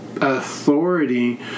authority